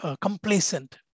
complacent